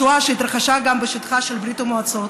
השואה שהתרחשה גם בשטחה של ברית המועצות,